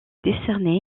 décerné